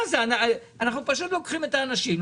אנחנו פשוט לוקחים את האנשים,